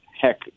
heck